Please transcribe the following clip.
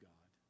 God